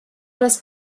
das